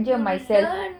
no